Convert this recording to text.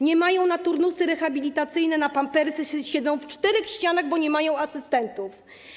Nie mają na turnusy rehabilitacyjne, na pampersy, siedzą w czterech ścianach, bo nie mają asystentów.